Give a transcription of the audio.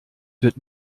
wird